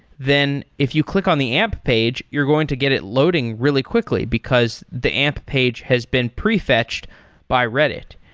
then if you click on the amp page, you're going to get it loading really quickly, because the amp page has been pre-fetched by reddit,